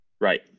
right